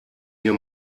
mir